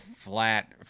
flat